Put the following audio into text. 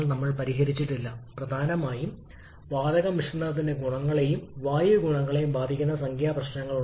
നമ്മൾ ഉയർന്ന എൻട്രോപ്പിയിലേക്ക് നീങ്ങുമ്പോൾ ഈ വരികൾ പരസ്പരം അകന്നുപോകുന്നു അതിനാൽ ടിഎ T2 എല്ലായ്പ്പോഴും നേക്കാൾ വലുതായിരിക്കണം